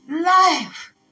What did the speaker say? life